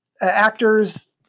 actors